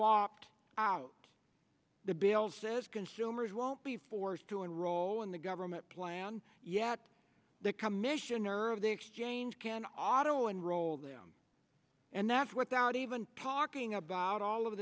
walked out the bill says consumers won't be forced to enroll in the government plan yet the commissioner of the exchange can auto enroll them and that's what they're not even talking about all of